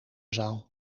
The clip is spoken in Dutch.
zaal